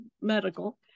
medical